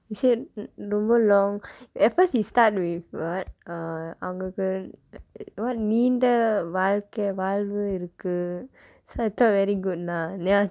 he said don't know lor at first he start with what uh அவங்களுக்கு:avangkalukku what நீண்ட வாழ்க்கை வாழ்வு இருக்கு:niinda vaazhkkai vaazhvu irukku so I thought very good lah ya